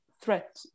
threat